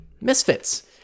misfits